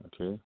okay